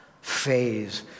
phase